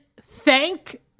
thank